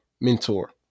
mentor